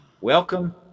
welcome